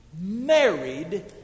married